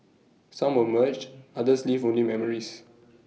some were merged others leave only memories